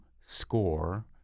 score